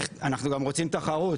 אנחנו גם רוצים תחרות,